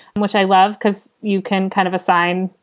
and which i love, because you can kind of assign,